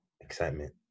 excitement